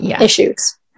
issues